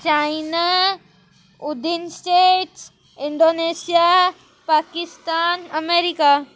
China उदिन States Indonesia Pakistan America